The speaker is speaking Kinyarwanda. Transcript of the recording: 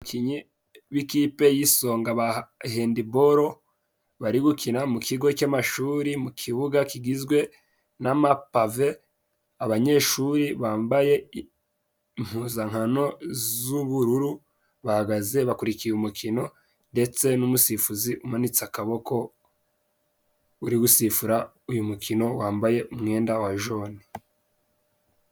Abakinnyi b'ikipe y'isonga ba hendibolo bari gukina mu kigo cy'amashuri mu kibuga kigizwe n'amapave .Abanyeshuri bambaye impuzankano z'ubururu bahagaze bakurikiye umukino ,ndetse n'umusifuzi umanitse akaboko uri gusifura uyu mukino wambaye umwenda wa jone.